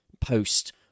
post